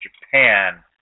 Japan